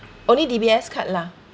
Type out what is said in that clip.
only D_B_S card lah